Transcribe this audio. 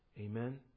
Amen